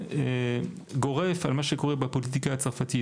גורף על מה שקורה בפוליטיקה הצרפתית.